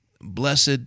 blessed